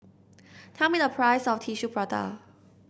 tell me the price of Tissue Prata